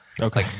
Okay